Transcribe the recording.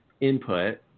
input